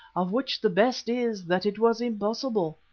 of which the best is that it was impossible.